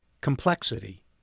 complexity